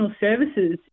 services